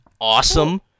awesome